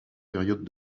période